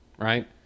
Right